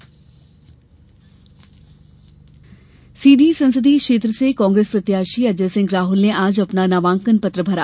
प्रदेश नामांकन सीधी संसदीय क्षेत्र से कांग्रेस प्रत्याशी अजय सिंह राहल ने आज अपना नामांकन पत्र भरा